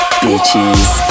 bitches